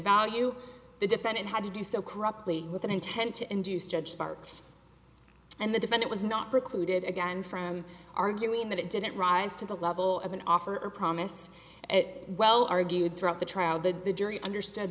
value the defendant had to do so corruptly with an intent to induce judge bart and the defend it was not precluded again from arguing that it didn't rise to the level of an offer a promise well argued throughout the trial that the jury understood